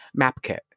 MapKit